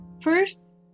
first